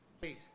Please